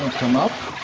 come up.